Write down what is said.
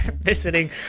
visiting